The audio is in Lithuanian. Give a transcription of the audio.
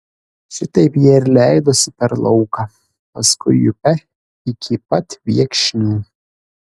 šitaip jie ir leidosi per lauką paskui upe iki pat viekšnių